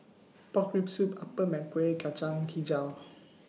Pork Rib Soup Appam Kueh Kacang Hijau